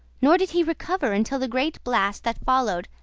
nor did he recover until the great blast that followed,